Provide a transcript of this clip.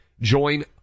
Join